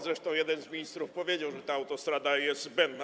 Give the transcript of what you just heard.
Zresztą jeden z ministrów powiedział, że ta autostrada jest zbędna.